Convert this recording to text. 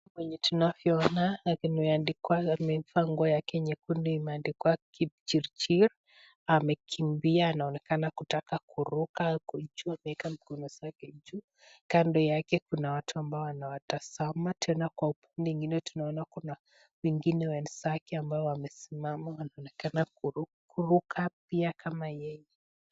Kwenye tunavyoona na pameandikwa amevaa nguo yake nyekundu imeandikwa Kipchirchir, amekimbia anaonekana kutaka kuruka huku akiwa ameweka mikono zake juu. Kando yake kuna watu ambao wanawatazama tena kwa upande ingine tunaona kuna wengine wenzake ambao wamesimama. Wanaonekana kuruka pia kama yeye.